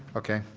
okay,